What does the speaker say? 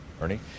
Ernie